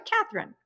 Catherine